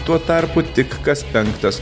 tuo tarpu tik kas penktas